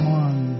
one